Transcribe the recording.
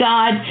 God